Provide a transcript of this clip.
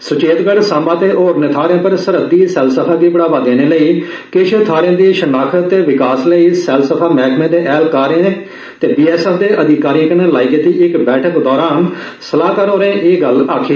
सुचेगतढ़ सांबा ते होरनें थाहरें पर सरहदी सैलसफा गी बढ़ावा देने लेई किश थाहरें दी शिनाख्त ते विकास लेई सैलसफा मैह्कमे दे ऐह्लकारें ते बीएसएफ दे अधिकारिएं कन्नै लाई गेदी इक बैठक दौरान सलाहकार होरें एह् गल्ल आखी